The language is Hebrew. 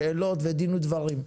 שאלות ודין ודברים.